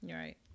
Right